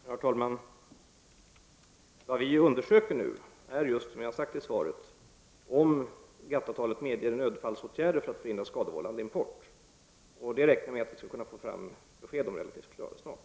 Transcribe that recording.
Herr talman! Vi undersöker nu om GATT-avtalet medger nödfallsåtgärder för att förhindra skadevållande import. Jag räknar med att vi skall få fram besked om det relativt snart.